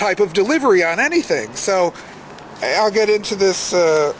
type of delivery on anything so i'll get into this